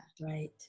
Right